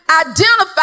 identify